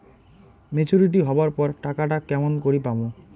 Maturity হবার পর টাকাটা কেমন করি পামু?